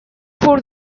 for